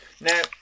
Now